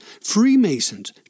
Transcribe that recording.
Freemasons